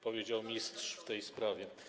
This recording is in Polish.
Powiedział mistrz w tej sprawie.